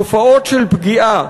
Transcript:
תופעות של פגיעה,